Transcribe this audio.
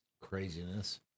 Craziness